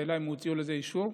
הם הוציאו לזה אישור?